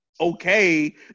okay